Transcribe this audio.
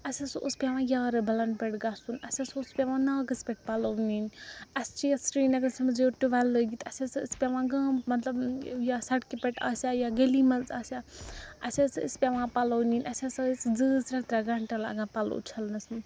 اسہِ ہَسا اوس پیٚوان یارٕ بَلَن پٮ۪ٹھ گژھُن اسہِ ہَسا اوس پیٚوان ناگَس پٮ۪ٹھ پَلوٚو نِنۍ اسہِ چھِ یَتھ سرینَگرَس منٛز یوٗرٕ ٹُویٚل لٲگِتھ اسہِ ہَسا ٲسۍ پیٚوان گام مطلب ٲں یا سَڑکہِ پٮ۪ٹھ آسہِ ہا یا گٔلی مَنٛز آسہِ ہا اسہِ ہَسا ٲسۍ پیٚوان پَلوٚو نِنۍ اسہِ ہَسا ٲسۍ زٕ زٕ ترٛےٚ ترٛےٚ گھنٹہٕ لگان پَلوٚو چھَلنَس منٛز